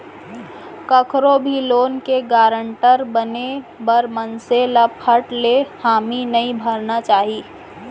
कखरो भी लोन के गारंटर बने बर मनसे ल फट ले हामी नइ भरना चाही